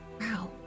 Wow